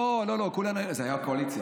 לא, לא, זה היה בקואליציה.